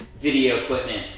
video equipment,